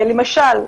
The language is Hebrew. למשל,